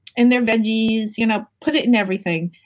in their veggies. you know put it in everything.